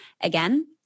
Again